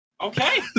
Okay